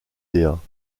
dea